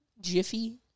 Jiffy